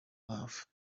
love